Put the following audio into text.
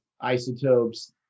isotopes